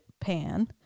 Pan